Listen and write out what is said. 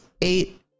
eight